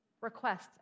requests